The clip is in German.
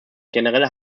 generelle